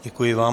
Děkuji vám.